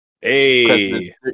Hey